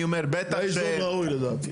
אני אומר בטח --- זה איזון ראוי לדעתי.